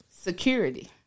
Security